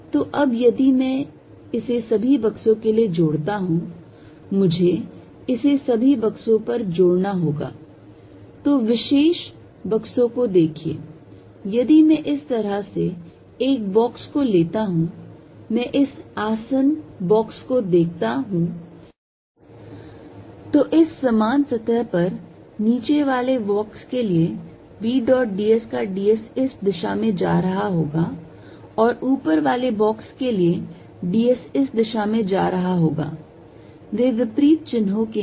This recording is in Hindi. तो अब यदि मैं इसे सभी बक्सों के लिए जोड़ता हूं मुझे इसे सभी बक्सों पर जोड़ना होगा दो विशेष बक्सों को देखिए यदि मैं इस तरह से एक बॉक्स को लेता हूं मैं इस आसन्न बॉक्स को देखता हूं तो इस समान सतह पर नीचे वाले बॉक्स के लिए v dot d s का d s इस दिशा में जा रहा होगा और ऊपर वाले बॉक्स के लिए d s इस दिशा में जा रहा होगा वे विपरीत चिन्हों के हैं